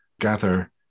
gather